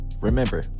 Remember